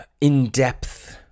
in-depth